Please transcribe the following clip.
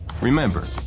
Remember